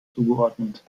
zugeordnet